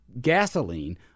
gasoline